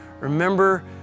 Remember